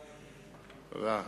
תודה.